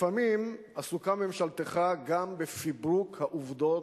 לפעמים עסוקה ממשלתך גם בפברוק העובדות,